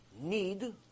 need